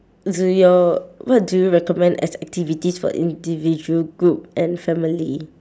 do your what do you recommend as activities for individual group and family